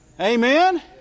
Amen